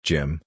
Jim